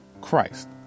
Christ